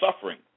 suffering